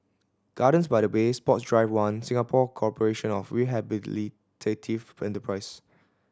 Gardens by the Bay Sports Drive One Singapore Corporation of Rehabilitative Enterprise